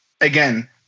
again